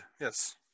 yes